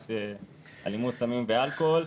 למניעת אלימות, סמים ואלכוהול.